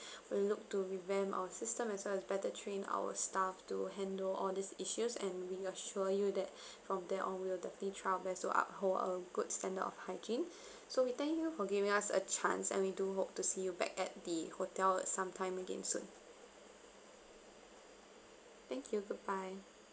we'll look to revamp our system as well as better train our staff to handle all these issues and reassure you that from there on we'll definitely try our best to uphold a good standard of hygiene so we thank you for giving us a chance and we do hope to see you back at the hotel sometime again soon thank you goodbye